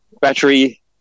battery